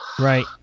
Right